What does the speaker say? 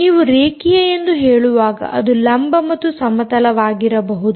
ನೀವು ರೇಖೀಯ ಎಂದು ಹೇಳುವಾಗ ಅದು ಲಂಬ ಮತ್ತು ಸಮತಲವಾಗಿರಬಹುದು